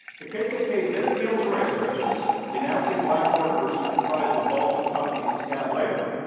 the kkk did appeal to racial prejudice, denouncing black workers who comprised the bulk of companies' scab labor.